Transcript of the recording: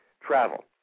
travel